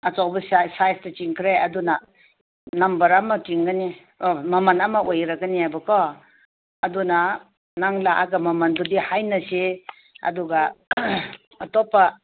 ꯑꯆꯧꯕ ꯁꯥꯏꯖ ꯁꯥꯏꯖꯇ ꯆꯤꯡꯈ꯭ꯔꯦ ꯑꯗꯨꯅ ꯅꯝꯕꯔ ꯑꯃ ꯆꯤꯡꯒꯅꯤ ꯑꯥ ꯃꯃꯟ ꯑꯃ ꯑꯣꯏꯔꯒꯅꯤ ꯍꯥꯏꯕꯀꯣ ꯑꯗꯨꯅ ꯅꯪ ꯂꯥꯛꯑꯒ ꯃꯃꯟꯗꯨꯗꯤ ꯍꯥꯏꯅꯁꯤ ꯑꯗꯨꯒ ꯑꯇꯣꯞꯄ